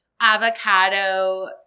avocado